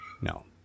No